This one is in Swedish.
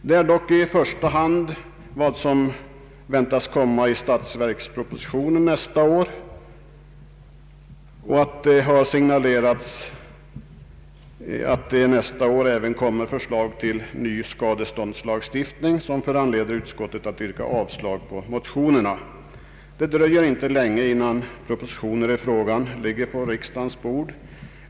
Det är dock i första hand de förslag som väntas bli framlagda i nästa års statsverksproposition samt det förhållandet att det har signalerats att det till nästa år även kommer att läggas fram förslag till ny skadeståndslagstiftning som har föranlett utskottet att yrka avslag på motionerna. Det dröjer inte länge förrän propositioner i frågan ligger på riksdagens bord.